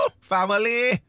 Family